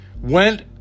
went